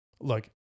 Look